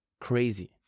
crazy